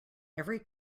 every